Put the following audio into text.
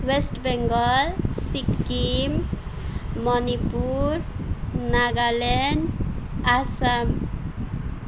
West Bengal Sikkim Manipur Nagaland Assam